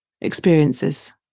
experiences